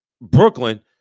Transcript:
Brooklyn